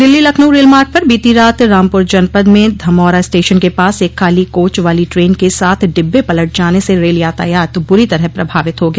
दिल्ली लखनऊ रेलमार्ग पर बीती रात रामपुर जनपद में धमौरा स्टेशन के पास एक खाली कोच वाली ट्रेन के सात डिब्बे पलट जाने से रेल यातायात बुरी तरह प्रभावित हो गया